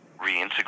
reintegrate